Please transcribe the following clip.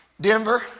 Denver